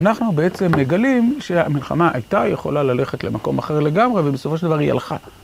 אנחנו בעצם מגלים שהמלחמה הייתה, יכולה ללכת למקום אחר לגמרי, ובסופו של דבר היא הלכה.